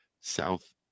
South